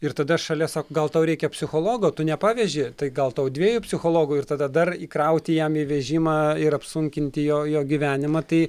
ir tada šalia sako gal tau reikia psichologo tu nepaveži tai gal tau dviejų psichologų ir tada dar įkrauti jam į vežimą ir apsunkinti jo jo gyvenimą tai